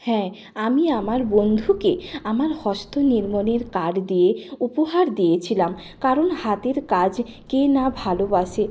হ্যাঁ আমি আমার বন্ধুকে আমার হস্ত নির্মাণের কার্ড দিয়ে উপহার দিয়েছিলাম কারণ হাতের কাজ কে না ভালোবাসে